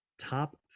top